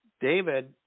David